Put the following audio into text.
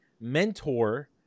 mentor